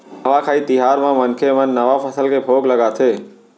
नवाखाई तिहार म मनखे मन नवा फसल के भोग लगाथे